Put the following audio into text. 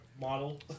model